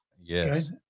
Yes